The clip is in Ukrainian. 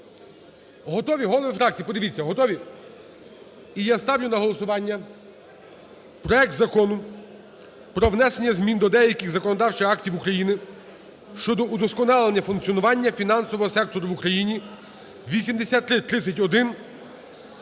Готові? Голови фракцій, подивіться готові. І я ставлю на голосування проект Закону про внесення змін до деяких законодавчих актів України щодо удосконалення функціонування фінансового сектору в Україні (8331)